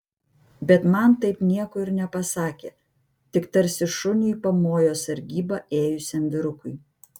bet man taip nieko ir nepasakė tik tarsi šuniui pamojo sargybą ėjusiam vyrukui